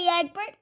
Egbert